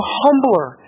humbler